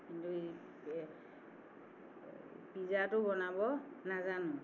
পিজ্জাটো বনাব নাজানোঁ